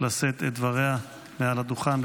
לשאת את דבריה מעל הדוכן.